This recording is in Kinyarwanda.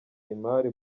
imari